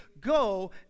go